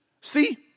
See